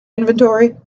inventory